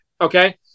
okay